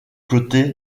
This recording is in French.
côté